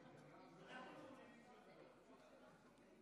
אנחנו מעוניינים שהוא ידבר.